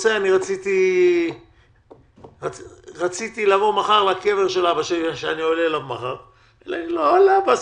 רציתי לבוא מחר לקבר של אבא שלי שאני עולה אליו מחר ולהגיד לו: אבא,